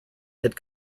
had